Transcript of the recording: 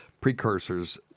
precursors